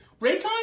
Raycon